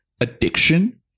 addiction